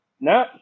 No